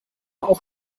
auch